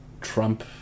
trump